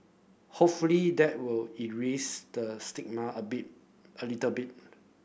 hopefully that will erase the stigma a bit a little bit